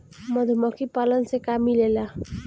मधुमखी पालन से का मिलेला?